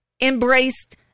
embraced